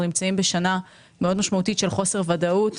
נמצאים בשנה מאוד משמעותית של חוסר ודאות,